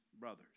brothers